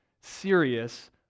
serious